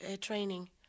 training